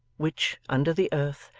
which, under the earth,